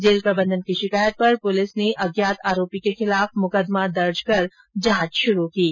jail प्रबंधन की शिकायत पर पुलिस ने अज्ञात आरोपी के खिलाफ मुकदमा दर्ज कर जांच शुरू कर दी है